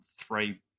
three